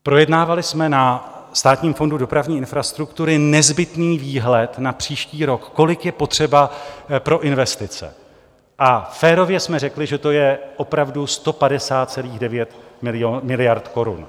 Projednávali jsme na Státním fondu dopravní infrastruktury nezbytný výhled na příští rok, kolik je potřeba pro investice, a férově jsme řekli, že to je opravdu 150,9 miliardy korun.